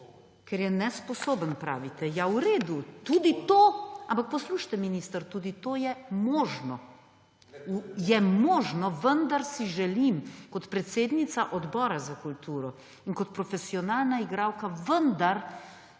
Ker je nesposoben, pravite, ja v redu. Tudi to, ampak poslušajte minister, tudi to je možno. Je možno, vendar si želim kot predsednica Odbora za kulturo in kot profesionalna igralka ne